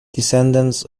descendants